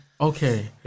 Okay